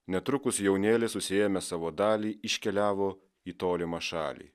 netrukus jaunėlis susiėmęs savo dalį iškeliavo į tolimą šalį